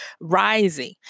rising